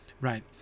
Right